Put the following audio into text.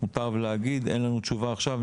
מותר להגיד אין לנו תשובה עכשיו,